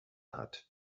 hat